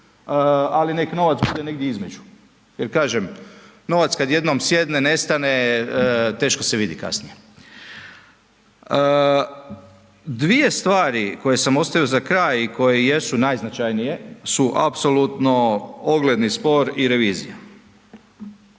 ali nek novac bude negdje između. Jer kažem novac kad jednom sjedne, nestane, teško se vidi kasnije. Dvije stvari koje sam ostavio za kraj i koje jesu najznačajnije su apsolutno ogledni spor i revizija.